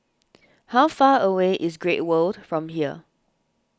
how far away is Great World from here